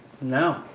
No